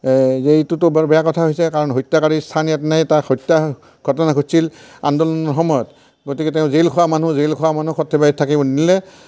এই এইটোতো বৰ বেয়া কথা হৈছে কাৰণ হত্যাকাৰীৰ স্থান ইয়াত নাই তাক হত্যা ঘটনা ঘটিছিল আন্দোলন সময়ত গতিকে তেওঁ জেইল খোৱা মানুহ জেইল খোৱা মানুহ সৰ্থেবাৰীত থাকিব নিদিলে